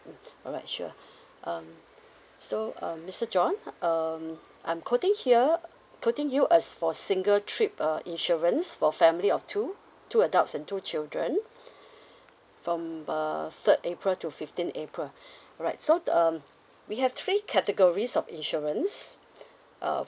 mm alright sure um so um mister john um I'm quoting here quoting you as for single trip uh insurance for family of two two adults and two children from uh third april to fifteen april alright so the um we have three categories of insurance uh